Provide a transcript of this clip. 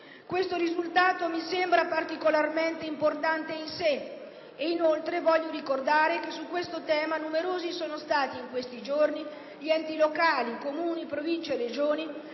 Questo risultato mi sembra particolarmente importante in sé. Voglio inoltre ricordare che su questo tema numerosi sono stati in questi giorni gli enti locali (Comuni, Province e Regioni)